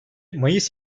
mayıs